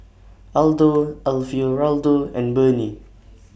Aldo Alfio Raldo and Burnie